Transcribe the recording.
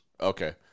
Okay